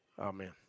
Amen